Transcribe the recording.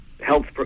health